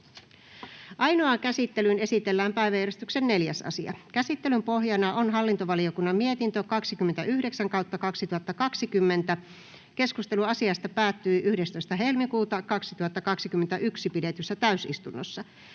Ainoaan käsittelyyn esitellään päiväjärjestyksen 4. asia. Käsittelyn pohjana on hallintovaliokunnan mietintö HaVM 29/2020 vp. Keskustelu asiasta päättyi 11.2.2021 pidetyssä täysistunnossa.